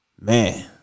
Man